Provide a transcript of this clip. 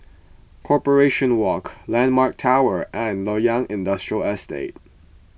Corporation Walk Landmark Tower and Loyang Industrial Estate